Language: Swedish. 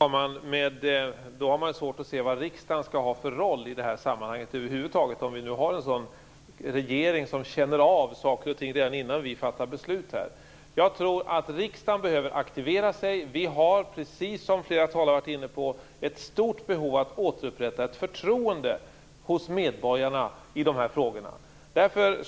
Herr talman! Då har man svårt att se vad riksdagen skall ha för roll i det här sammanhanget över huvud taget, om vi har en sådan regering som känner av saker och ting redan innan vi fattar beslut. Jag tror att riksdagen behöver aktivera sig. Vi har, precis som flera talare har varit inne på, ett stort behov av att återupprätta ett förtroende hos medborgarna i de här frågorna. Därför